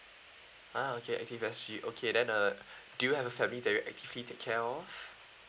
uh okay ActiveSG okay then uh do you have a family that you actively take care of